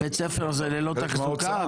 בית ספר זה ללא תחזוקה?